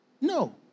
No